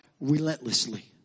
relentlessly